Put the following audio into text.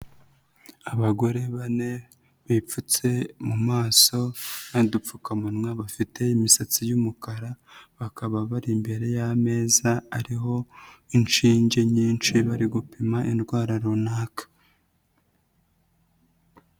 Abagore bane bipfutse mu maso n'udupfukamunwa, bafite imisatsi y'umukara, bakaba bari imbere y'ameza ariho inshinge nyinshi, bari gupima indwara runaka.